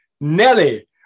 Nelly